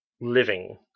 living